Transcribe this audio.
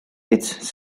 its